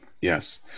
yes